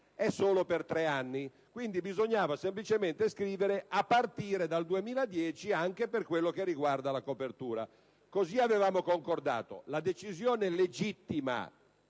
è solo per tre anni; bisognava semplicemente scrivere: «a partire dal 2010» anche per quello che riguarda la copertura. Così avevamo concordato, ma poi